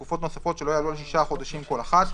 בתקופות נוספות שלא יעלו על שישה חודשים כל אחת,